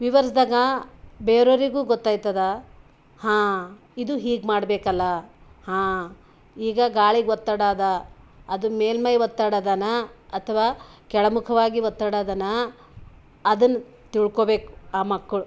ವಿವರಿಸ್ದಾಗ ಬೇರೆಯವ್ರಿಗೂ ಗೊತ್ತಾಯ್ತದ ಹಾಂ ಇದು ಹೀಗೆ ಮಾಡ್ಬೇಕಲ್ಲ ಹಾಂ ಈಗ ಗಾಳಿಗೆ ಒತ್ತಡ ಅದ ಅದು ಮೇಲ್ಮೈ ಒತ್ತಡದನಾ ಅಥವಾ ಕೆಳಮುಖವಾಗಿ ಒತ್ತಡದನಾ ಅದನ್ನ ತಿಳ್ಕೋಬೇಕು ಆ ಮಕ್ಕಳು